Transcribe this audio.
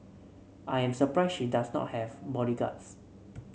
I am surprised she does not have bodyguards